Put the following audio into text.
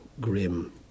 grim